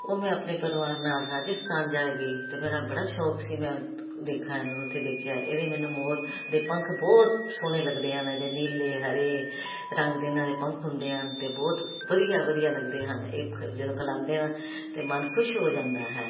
ਉਹ ਮੈਂ ਆਪਣੇ ਪਰਿਵਾਰ ਨਾਲ ਰਾਜਸਥਾਨ ਜਦ ਗਈ ਤਾਂ ਮੇਰਾ ਬੜਾ ਸ਼ੌਕ ਸੀ ਮੈਂ ਦੇਖਾਂ ਇਹਨੂੰ ਅਤੇ ਦੇਖਿਆ ਇਹਦੇ ਮੈਨੂੰ ਮੋਰ ਦੇ ਪੰਖ ਬਹੁਤ ਸੋਹਣੇ ਲੱਗਦੇ ਹਨ ਇਹਦੇ ਨੀਲੇ ਹਰੇ ਰੰਗ ਦੇ ਇਨ੍ਹਾਂ ਦੇ ਪੰਖ ਹੁੰਦੇ ਹਨ ਅਤੇ ਬਹੁਤ ਵਧੀਆ ਵਧੀਆ ਲੱਗਦੇ ਹਨ ਇਹ ਜਦੋਂ ਫੈਲਾਉਂਦੇ ਹਨ ਤਾਂ ਮਨ ਖੁਸ਼ ਹੋ ਜਾਂਦਾ ਹੈ